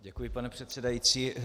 Děkuji, pane předsedající.